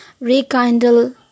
rekindle